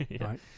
Right